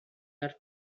are